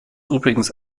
übrigens